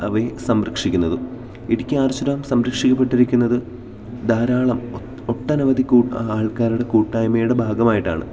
അവയെ സംരക്ഷിക്കുന്നതും Idukki arch dam സംരക്ഷിക്കപ്പെട്ടിരിക്കുന്നത് ധാരാളം ഒട്ടനവധി ആൾക്കാരുടെ കൂട്ടായ്മയുടെ ഭാഗമായിട്ടാണ്